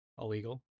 illegal